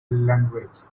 language